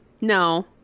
No